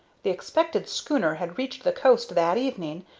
the expected schooner had reached the coast that evening,